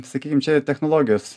sakykim čia technologijos